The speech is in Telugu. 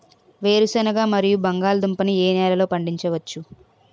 వేరుసెనగ మరియు బంగాళదుంప ని ఏ నెలలో పండించ వచ్చు?